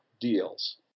deals